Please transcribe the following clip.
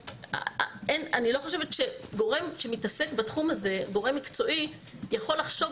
אני לא חושבת שגורם מקצועי שמתעסק בתחום הזה יכול לחשוב